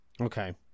okay